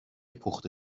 پخته